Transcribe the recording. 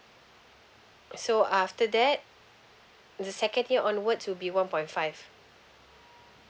so after that the second year onwards would be one point five